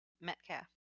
Metcalf